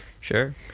sure